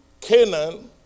Canaan